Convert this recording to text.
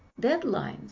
deadlines